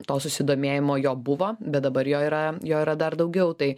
to susidomėjimo jo buvo bet dabar jo yra jo yra dar daugiau tai